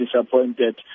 disappointed